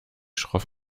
schroff